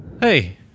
Hey